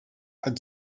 had